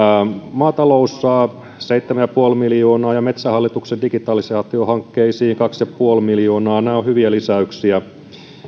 maatalous saa seitsemän pilkku viisi miljoonaa ja metsähallituksen digitalisaatiohankkeet kaksi pilkku viisi miljoonaa nämä ovat hyviä lisäyksiä